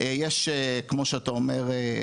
יש כמו שאתה אומר,